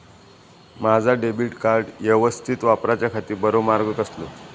माजा debit card यवस्तीत वापराच्याखाती बरो मार्ग कसलो?